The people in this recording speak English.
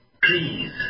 please